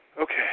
Okay